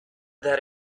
that